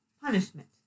punishment